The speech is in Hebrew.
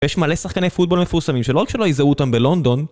יש מלא שחקני פוטבול מפורסמים שלא רק שלא היזהו אותם בלונדון